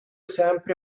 sempre